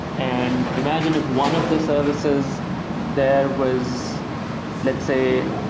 and imagine if one of the services there was let's say,